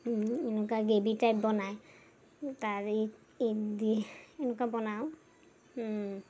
এনেকুৱা gravy type বনায় তাৰ দি এনেকুৱা বনাওঁ